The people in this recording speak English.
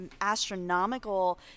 astronomical